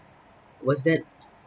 what's that